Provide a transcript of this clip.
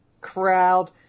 crowd